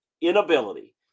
inability